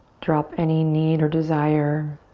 drop any need or desire